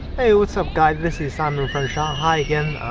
hey, what's up guys, this is simon from shanghai again.